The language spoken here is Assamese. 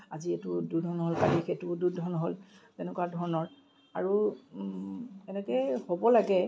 আজি এইটো উদ্বোধনৰ তাৰিখ উদ্বোধন হ'ল তেনেকুৱা ধৰণৰ আৰু এনেকৈয়ে হ'ব লাগে